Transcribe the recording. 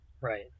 Right